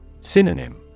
Synonym